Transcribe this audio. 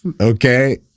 Okay